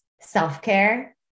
self-care